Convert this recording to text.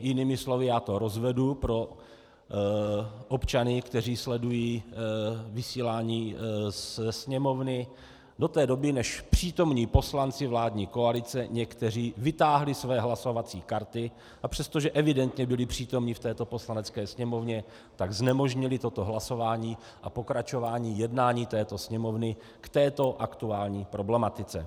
Jinými slovy, já to rozvedu pro občany, kteří sledují vysílání ze Sněmovny, do té doby, než přítomní poslanci vládní koalice, někteří, vytáhli své hlasovací karty, a přestože evidentně byli přítomni v Poslanecké sněmovně, tak znemožnili toto hlasování a pokračování jednání Sněmovny k této aktuální problematice.